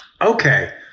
Okay